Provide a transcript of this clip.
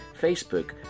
Facebook